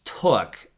took